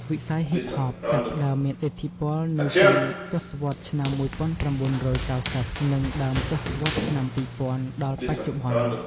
វិស័យហ៊ីបហប ចាប់ផ្តើមមានឥទ្ធិពល នៅចុងទសវត្សរ៍ឆ្នាំ ១៩៩០ និងដើមទសវត្សរ៍ឆ្នាំ២០០០ដល់បច្ចុប្បន្ន។